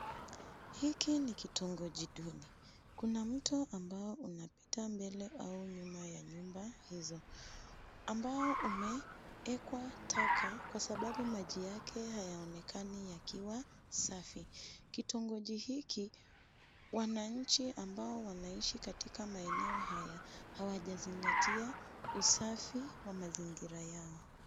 Hili ni kitongoji duni. Kuna mto ambao unapita mbele au nyuma ya nyumba hizo, ambao umeekwa taka, kwa sababu maji yake hayaonekani yakiwa safi. Kitongoji hiki, wananchi ambao wanaishi katika maeneo haya, hawajazingatia usafi wa mazingira yao.